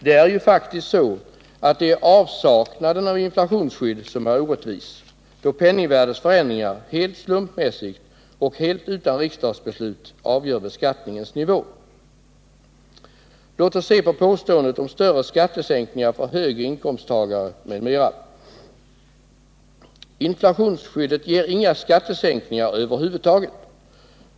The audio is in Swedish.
Det är ju faktiskt så, att det är avsaknaden av inflationsskydd som är orättvis, då penningvärdets förändringar helt slumpmässigt och helt utan riksdagsbeslut avgör beskattningens nivå. Låt oss se på påståendet om större skattesänkningar för högre inkomsttagare m.m. Inflationsskyddet ger inga skattesänkningar över huvud taget.